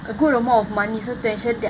a good amount of money so to ensure that